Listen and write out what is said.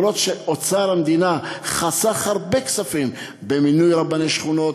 אפילו שאוצר המדינה חסך הרבה כספים: במינוי רבני שכונות,